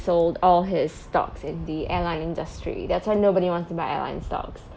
sold all his stocks in the airline industry that's why nobody wants to buy airline stocks